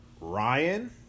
Ryan